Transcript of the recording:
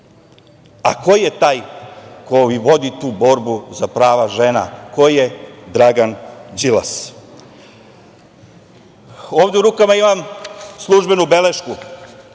A, ko je taj koji vodi tu borbu za prava žena? Ko je Dragan Đilas? Ovde u rukama imam službenu belešku